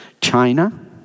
China